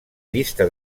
llista